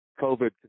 COVID